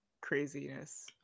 craziness